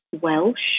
Welsh